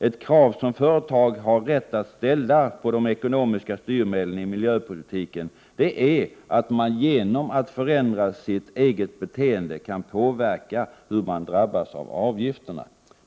Ett krav som företag har rätt att ställa på de ekonomiska styrmedlen i miljöpolitiken är att man genom att förändra sitt eget beteende kan påverka hur man drabbas av avgifterna.